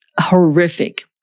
horrific